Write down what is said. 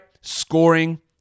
scoring